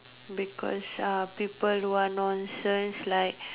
because uh people who are nonsense like